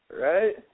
Right